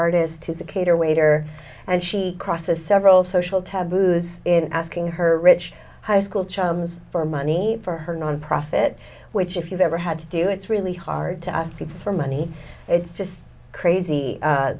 artist who's a cater waiter and she crosses several social taboos in asking her rich high school chums for money for her nonprofit which if you've ever had to do it's really hard to ask people for money it's just crazy